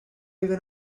even